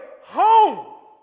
home